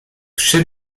przy